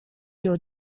your